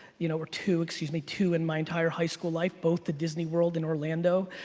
you know or two, excuse me two, in my entire high school life. both to disney world in orlando.